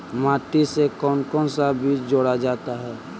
माटी से कौन कौन सा बीज जोड़ा जाता है?